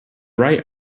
right